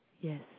yes